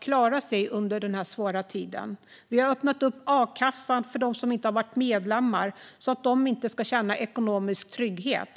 klara sig under den här svåra tiden. Vi har öppnat upp a-kassan för dem som inte är medlemmar så att de ska slippa känna ekonomisk otrygghet.